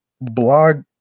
blog